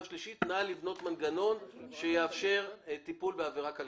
ושלישית נא לבנות מנגנון שיאפשר טיפול בעבירה כלכלית.